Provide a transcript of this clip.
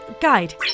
Guide